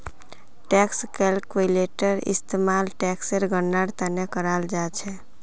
tax calculator इस्तेमाल टेक्सेर गणनार त न कराल जा छेक